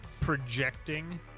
projecting